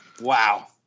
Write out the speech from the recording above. Wow